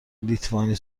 لیتوانی